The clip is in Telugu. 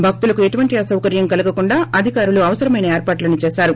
భక్తులకు ఎటువంటి అసౌకర్యం కలుగ కుండా అధికారులు అవసరమైన ఏర్పాట్లు చేశారు